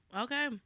Okay